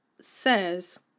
says